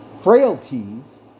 Frailties